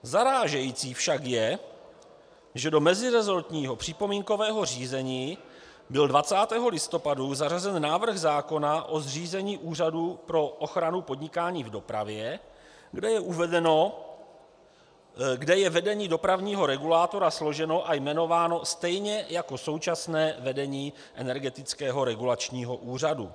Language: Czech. Zarážející však je do meziresortního připomínkového řízení do 20. listopadu zařazený návrh zákona o zřízení Úřadu pro ochranu podnikání v dopravě, kde je vedení dopravního regulátora složeno a jmenováno stejně jako současné vedení Energetického regulačního úřadu.